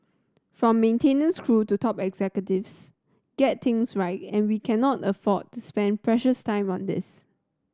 from maintenance crew to top executives get things right and we cannot afford to spend precious time on this